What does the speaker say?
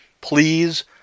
Please